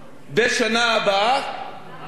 מה יהיה יותר, מהגז מיליארדים או מזה